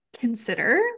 consider